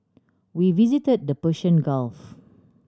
we visit the Persian Gulf